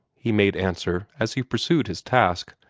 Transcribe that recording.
he made answer, as he pursued his task.